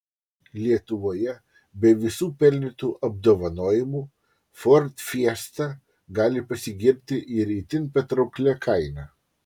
lietuvoje be visų pelnytų apdovanojimų ford fiesta gali pasigirti ir itin patrauklia kaina